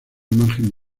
margen